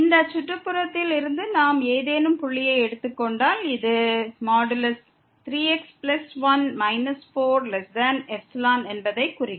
இந்த சுற்றுப்புறத்தில் இருந்து நாம் ஏதேனும் புள்ளியை எடுத்துக் கொண்டால் இது 3x1 4ϵ என்பதைக் குறிக்கும்